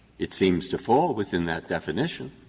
it seems to fall within that definition.